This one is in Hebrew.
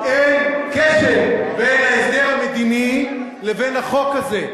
אין קשר בין ההסדר המדיני לבין החוק הזה.